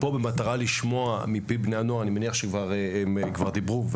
אנחנו פה במטרה לשמוע מפי בני הנוער אני מניח שהם כבר דיברו,